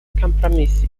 компромиссы